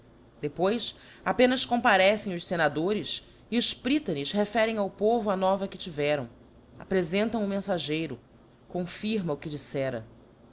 depois apenas comparecem os fenadores e os prytanes referem ao povo a nova que tiveram aprefentam o menfageiro confirma o que diífera